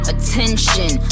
Attention